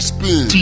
Spin